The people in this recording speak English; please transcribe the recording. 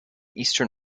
eastern